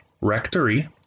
rectory